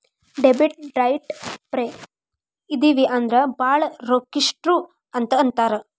debit ಡೈಟ್ ಫ್ರೇ ಇದಿವಿ ಅಂದ್ರ ಭಾಳ್ ರೊಕ್ಕಿಷ್ಟ್ರು ಅಂತ್ ಅಂತಾರ